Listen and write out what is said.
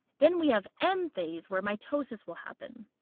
then we have m phase where mitosis will happen.